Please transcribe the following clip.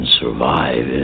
survive